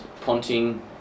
Ponting